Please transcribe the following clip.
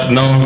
no